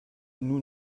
nous